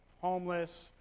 homeless